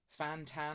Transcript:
Fantan